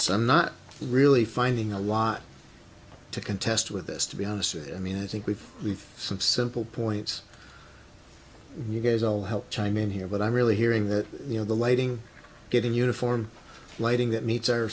some not really finding a lot to contest with this to be honest i mean i think we've we've some simple points and you guys all help chime in here but i'm really hearing that you know the lighting getting uniform lighting that meets our